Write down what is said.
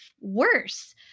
worse